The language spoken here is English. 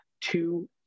two